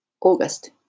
August